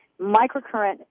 Microcurrent